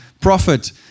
prophet